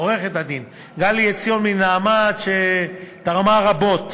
מ"נעמת", שתרמה רבות